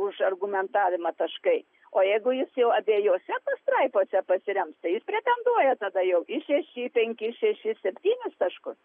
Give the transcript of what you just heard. už argumentavimą taškai o jeigu jis jau abiejose pastraipose pasirems tai jis pretenduoja tada jau į šešis į penkis šešis septynis taškus